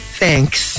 thanks